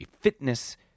fitness